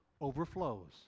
overflows